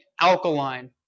Alkaline